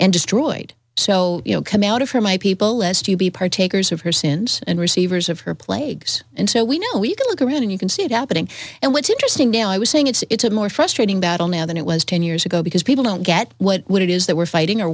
and destroyed so you know come out of her my people as to be partakers of her sins and receivers of her plagues and so we know we can look around and you can see it happening and what's interesting now i was saying it's a more frustrating battle now than it was ten years ago because people don't get what it is that we're fighting or